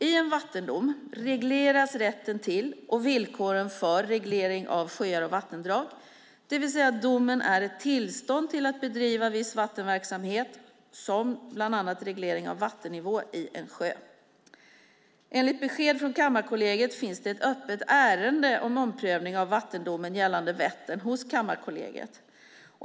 I en vattendom regleras rätten till och villkoren för reglering av sjöar och vattendrag, det vill säga att domen är ett tillstånd till att bedriva viss vattenverksamhet såsom bland annat reglering av vattennivå i en sjö. Enligt besked från Kammarkollegiet finns det ett öppet ärende om omprövning av vattendomen gällande Vättern hos Kammarkollegiet.